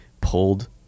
pulled